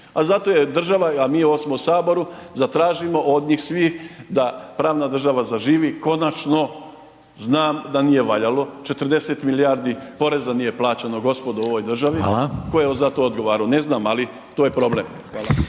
se ne razumije./... Saboru zatražimo od njih svi da pravna država zaživi konačno. Znam da nije valjalo 40 milijardi poreza nije plaćeno gospodo u ovoj državi. Tko je za to odgovarao? Ne znam, ali to je problem. Hvala.